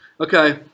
Okay